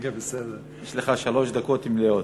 יש לך שלוש דקות מלאות.